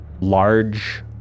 large